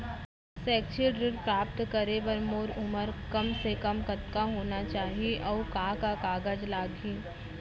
शैक्षिक ऋण प्राप्त करे बर मोर उमर कम से कम कतका होना चाहि, अऊ का का कागज लागही?